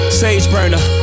sage-burner